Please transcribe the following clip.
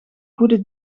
goede